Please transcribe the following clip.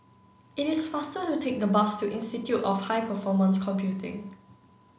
it is faster to take the bus to Institute of High Performance Computing